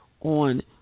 on